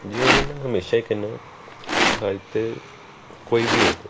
ਜਿਵੇਂ ਕਿ ਮੈਂ ਹਮੇਸ਼ਾ ਹੀ ਕਹਿੰਦਾ ਸਾਹਿਤਯ ਕੋਈ ਵੀ